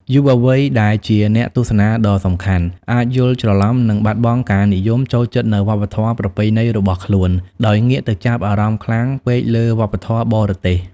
យុវវ័យដែលជាអ្នកទស្សនាដ៏សំខាន់ អាចយល់ច្រឡំ និងបាត់បង់ការនិយមចូលចិត្តនូវវប្បធម៌ប្រពៃណីរបស់ខ្លួន ដោយងាកទៅចាប់អារម្មណ៍ខ្លាំងពេកលើវប្បធម៌បរទេស។